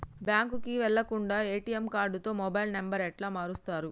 బ్యాంకుకి వెళ్లకుండా ఎ.టి.ఎమ్ కార్డుతో మొబైల్ నంబర్ ఎట్ల మారుస్తరు?